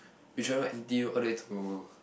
we travel N_T_U all the way to